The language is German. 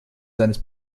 seines